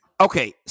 Okay